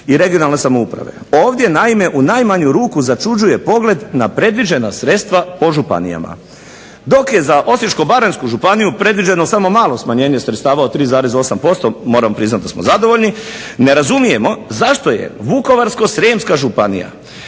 i regionalne samouprave. Ovdje naime u najmanju ruku začuđuje pogled na predviđena sredstva po županijama. Dok je za Osječko-baranjsku županiju predviđeno samo malo smanjenje sredstava od 3,8% moram priznat da smo zadovoljni, ne razumijemo zašto je Vukovarsko-srijemska županija